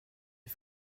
des